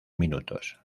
minutos